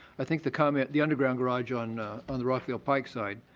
i think the comment, the underground garage on on the rockville pike side,